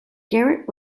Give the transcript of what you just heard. garrett